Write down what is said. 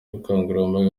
ubukangurambaga